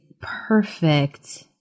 perfect